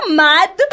mad